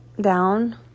down